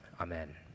amen